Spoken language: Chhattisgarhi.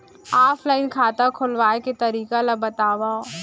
ऑफलाइन खाता खोलवाय के तरीका ल बतावव?